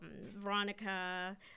Veronica